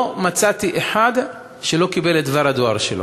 לא מצאתי אחד שלא קיבל את דבר הדואר שלו,